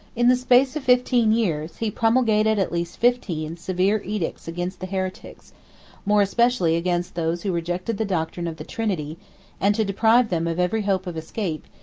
in the space of fifteen years, he promulgated at least fifteen severe edicts against the heretics more especially against those who rejected the doctrine of the trinity and to deprive them of every hope of escape,